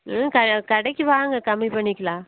ம் க கடைக்கு வாங்க கம்மி பண்ணிக்கலாம்